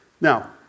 Now